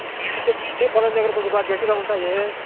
Bata చెప్పులు అయితే పొలం దగ్గర కొంచెం బాగా గట్టిగా ఉంటాయి